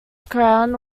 crown